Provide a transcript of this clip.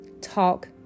Talk